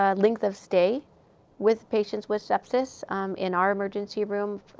ah length of stay with patients with sepsis in our emergency room,